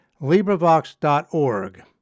LibriVox.org